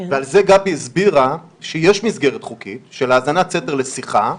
ועל זה גבי הסבירה שיש מסגרת חוקית של האזנת סתר לשיחה.